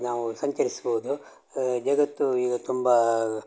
ನಾವು ಸಂಚರಿಸ್ಬೋದು ಜಗತ್ತು ಈಗ ತುಂಬ